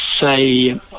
say